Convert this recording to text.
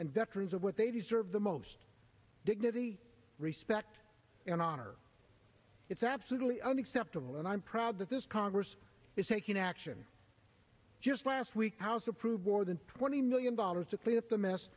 and veterans of what they deserve the most dignity respect and honor it's absolutely unacceptable and i'm proud that this congress is taking action just last week house approved more than twenty million dollars to clean up the mess